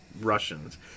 Russians